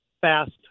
fast